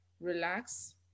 relax